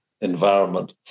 environment